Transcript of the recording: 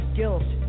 guilt